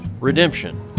redemption